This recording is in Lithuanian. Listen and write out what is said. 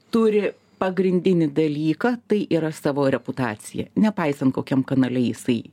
turi pagrindinį dalyką tai yra savo reputaciją nepaisant kokiam kanale jisai